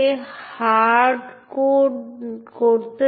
execute permission বা ডিরেক্টরীতে X অনুমতির একটি ভিন্ন অর্থ রয়েছে